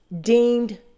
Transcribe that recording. deemed